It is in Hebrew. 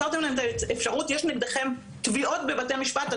ויש נגדכם תביעות בבתי משפט.